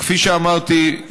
כפי שאמרתי,